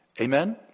Amen